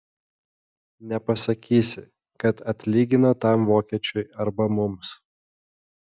nepasakysi kad atlygino tam vokiečiui arba mums